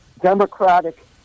democratic